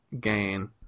gain